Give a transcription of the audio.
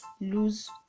lose